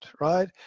Right